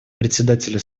председателю